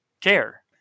care